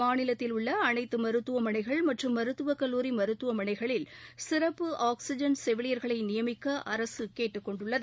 மாநிலத்தில் உள்ளஅனைத்துமருத்துவமனைகள் மற்றும் மருத்துவக் கல்லூரி மருத்துவமனைகளில் சிறப்பு ஆக்ஸிஜன் செவிலியர்களைநியமிக்கஅரசுகேட்டுக் கொண்டுள்ளது